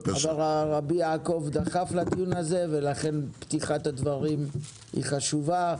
רבי יעקב דחף לדיון הזה ולכן פתיחת הדברים היא חשובה.